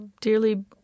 dearly